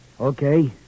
Okay